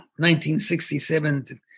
1967